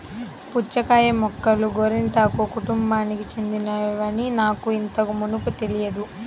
పుచ్చకాయ మొక్కలు గోరింటాకు కుటుంబానికి చెందినవని నాకు ఇంతకు మునుపు తెలియదు